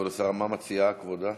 כבוד השרה, מה מציעה כבודה?